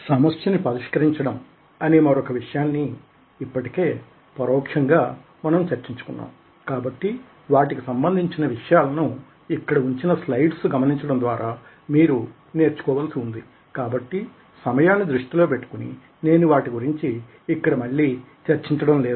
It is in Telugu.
సమస్య పరిష్కారం అని మరొక విషయం ఇప్పటికే పరోక్షంగా మనం చర్చించుకున్నాం కాబట్టి వాటికి సంబంధించిన విషయాలను ఇక్కడ ఉంచిన స్లైడ్స్ గమనించడం ద్వారా మీరు నేర్చుకోవలసి ఉంది కాబట్టి సమయాన్ని దృష్టిలో పెట్టుకుని నేను వాటి గురించి ఇక్కడ మళ్లీ చర్చించడం లేదు